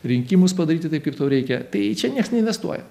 rinkimus padaryti taip kaip tau reikia tai čia nieks neinvestuoja